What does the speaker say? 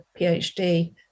PhD